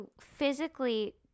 physically